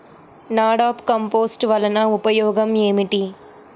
NADEP compost వలన ఉపయోగం ఏమిటి?